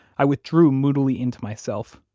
i withdrew moodily into myself,